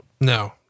No